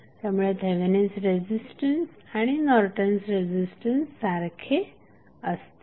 त्यामुळे Thevenin's resistance आणि Norton's resistance सारखे असतील